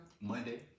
Monday